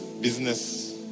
business